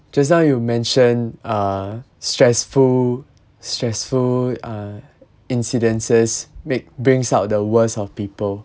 just now you mentioned uh stressful stressful uh incidences make brings out the worst of people